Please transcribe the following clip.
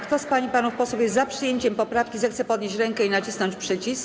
Kto z pań i panów posłów jest za przyjęciem poprawki, zechce podnieść rękę i nacisnąć przycisk.